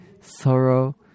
sorrow